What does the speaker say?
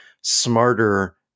smarter